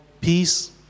peace